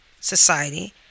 society